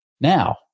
Now